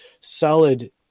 solid